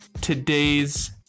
today's